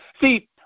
See